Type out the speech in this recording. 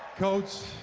coach,